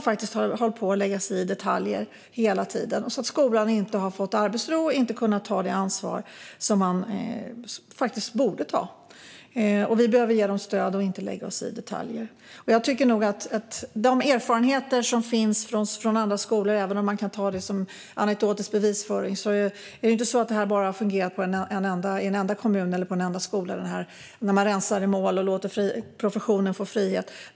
Då har skolan inte fått arbetsro och inte kunnat ta det ansvar som den faktiskt borde ta. Vi behöver ge skolan stöd och inte lägga oss i detaljer. Jag tycker nog att de erfarenheter som finns från andra skolor ska tas på allvar, även om man kan ta det som anekdotisk bevisföring. Det är ju inte bara i en enstaka kommun eller på en enskild skola som det har fungerat när man rensar bland målen och låter professionen få frihet.